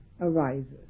arises